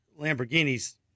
Lamborghini's